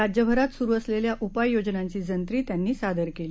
राज्यभरात सुरू असलेल्या उपाय योजनांची जंत्री त्यांनी सादर केली